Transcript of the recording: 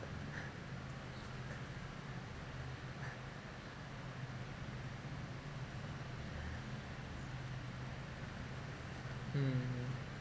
mm